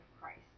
Christ